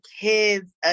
kids